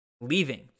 leaving